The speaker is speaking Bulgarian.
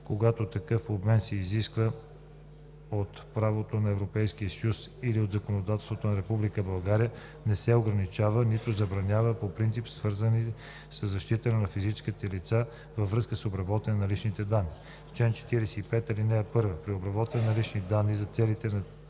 когато такъв обмен се изисква от правото на Европейския съюз или от законодателството на Република България, не се ограничава, нито забранява по причини, свързани със защитата на физическите лица във връзка с обработването на лични данни.“ Чл. 45. (1) При обработването на лични данни за целите по